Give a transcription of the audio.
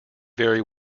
very